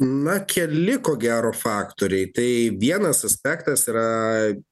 na keli ko gero faktoriai tai vienas aspektas yra